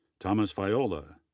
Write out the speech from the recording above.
thomas viola,